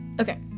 Okay